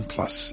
Plus